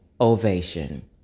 ovation